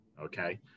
Okay